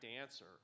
answer